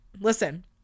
listen